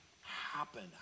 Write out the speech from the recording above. happen